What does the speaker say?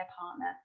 partner